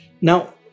Now